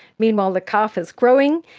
meanwhile the calf is growing.